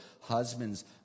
Husbands